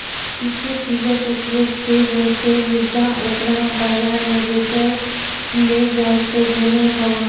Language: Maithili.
किछु चीजक उपयोग ते होइ छै, मुदा ओकरा बाजार मे बेचल नै जाइ छै, जेना हवा